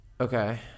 Okay